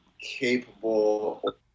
capable